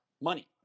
money